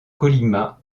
colima